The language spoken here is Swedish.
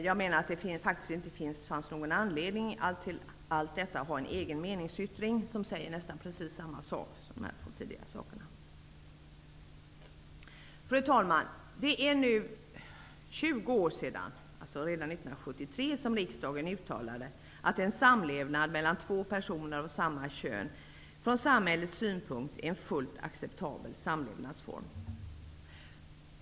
Jag menar att det faktiskt inte fanns någon anledning att till allt detta ha en egen meningsyttring som säger nästan precis samma sak. Fru talman! Det är nu 20 år sedan, det var alltså redan 1973, som riksdagen uttalade att ''en samlevnad mellan två parter av samma kön är från samhällets synpunkt en fullt acceptabel samlevnadsform''.